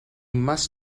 must